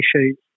issues